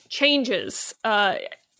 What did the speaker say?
changes